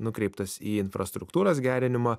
nukreiptas į infrastruktūros gerinimą